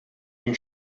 une